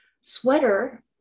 sweater